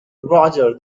roger